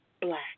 black